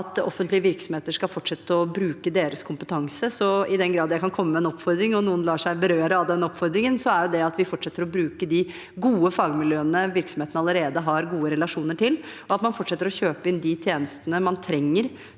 at offentlige virksomheter skal fortsette å bruke deres kompetanse. I den grad jeg kan komme med en oppfordring, og noen lar seg berøre av den oppfordringen, er det at vi fortsetter å bruke de gode fagmiljøene virksomhetene allerede har gode relasjoner til, og at man fortsetter å kjøpe inn de tjenestene man trenger